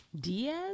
Diaz